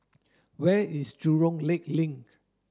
where is Jurong Lake Link